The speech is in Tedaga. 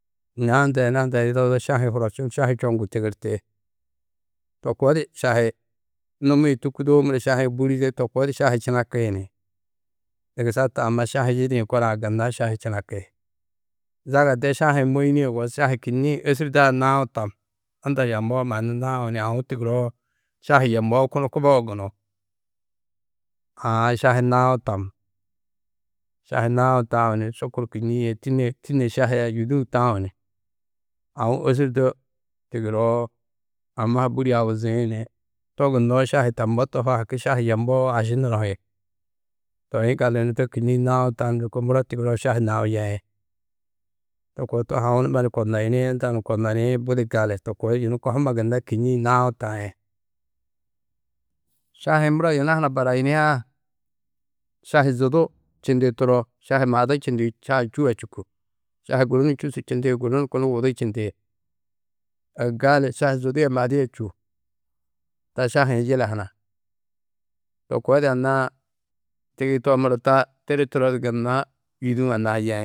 Ña hunda yê yina hunda yê yidadoo šahi-ĩ hurosčundu šahi-ĩ čoŋgu tigirti. To koo di šahi numi-ĩ tûkudoo šahi-ĩ bûride to koo di šahi činaki ni, dugusa taa amma šahi-ĩ yidĩ korã gunna šahi činaki. Zaga de šahi-ĩ môyinie yugó šahi kînniĩ ôsurdaa nau tam, unda yammoó mannu nau ni aũ tigiroo šahi yemoó kunu kubogo gunú. Aã šahi nau tam, šahi nau tau ni šukur kînniĩ yê tînne šahia yûduũ tau ni aũ ôsurdo tigiroo amma ha bûri abuziĩ ni to gunnoó šahi tammo tohoo haki šahi yemmoó aši nunohi. Toi yiŋgaldu yunu to kînniĩ nau tau lôko muro tigiroo šahi nau yeĩ, to koo tohoo aũ numa ni konnoyini unda ni konnoniĩ budi gali to koo yunu kohuma gunna kînniĩ nau taĩ. Šahi-ĩ muro yina huna barayiniã: šahi zidu čindi turo! Šahi madu čindi, šahi čû a čûku. Šahi guru ni čûsu čindi gunu ni kunu wudu čindi. Gali šahi zidu yê madu yê čûo, to šahi-ĩ yila huna. To koo di anna-ã tigiitoo muro taa tiri turo du gunna yûduû anna-ã ha yeĩ.